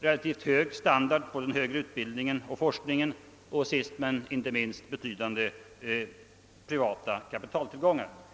relativt hög standard på den högre utbildningen och forskningen och sist men inte minst betydande privata kapitaltillgångar.